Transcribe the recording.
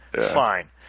fine